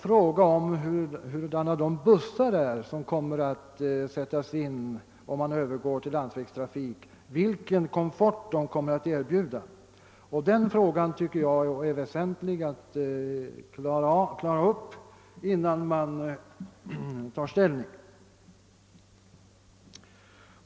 Frågan om hurudana de bussar är som skall sättas in om man övergår till landsvägstrafik är därför av stor betydelse. Jag tycker att det är väsentligt att klara upp denna fråga innan man tar ställning.